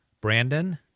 Brandon